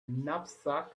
knapsack